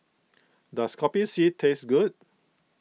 does Kopi C taste good